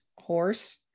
horse